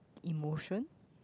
emotion